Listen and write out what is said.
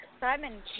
Simon